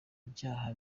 ibyaha